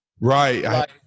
right